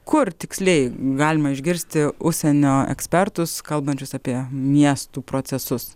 kur tiksliai galima išgirsti užsienio ekspertus kalbančius apie miestų procesus